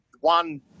One